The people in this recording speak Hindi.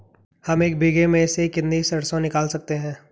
हम एक बीघे में से कितनी सरसों निकाल सकते हैं?